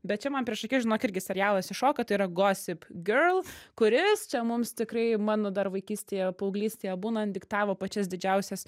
bet čia man prieš akis žinok irgi serialas iššoka tai yra gossip girl kuris čia mums tikrai mano dar vaikystėje paauglystėje būnant diktavo pačias didžiausias